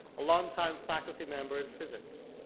a long time faculty member in physics.